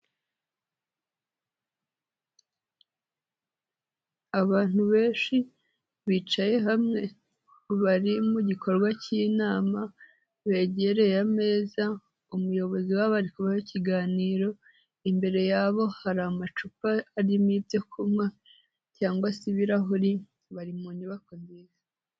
Abantu benshi bicaye hamwe, bari mu gikorwa cy'inama begereye ameza, umuyobozi wabo ari kubaha ikiganiro, imbere yabo hari amacupa arimo ibyo kunywa cyangwa se ibirahuri, bari mu nyubako nziza.